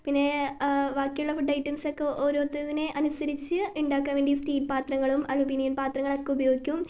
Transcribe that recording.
പിന്നെ ബാക്കിയുള്ള ഫുഡ് ഐറ്റംസൊക്കെ ഓരോന്നിനെ അനുസരിച്ച് ഉണ്ടാക്കാൻ വേണ്ടി സ്റ്റീൽപ്പാത്രങ്ങളും അലുമിനിയം പാത്രങ്ങളൊക്കെ ഉപയോഗിക്കും